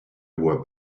vois